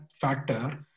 factor